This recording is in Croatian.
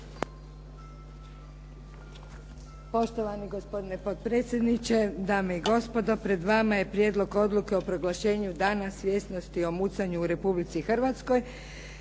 Poštovani gospodine potpredsjedniče, dame i gospodo. Pred vama je Prijedlog odluke o proglašenju "Dana svjesnosti o mucanju u Republici Hrvatskoj".